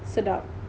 sedap